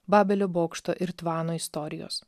babelio bokšto ir tvano istorijos